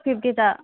ফিফটিটা